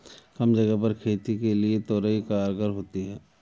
कम जगह पर खेती के लिए तोरई कारगर होती है